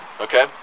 okay